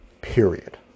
period